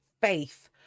faith